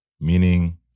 meaning